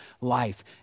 life